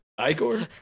igor